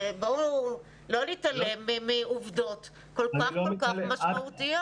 בואו, לא להתעלם מעובדות כל כך כל כך משמעותיות.